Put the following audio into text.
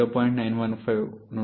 915 నుండి 0